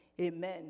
Amen